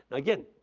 again,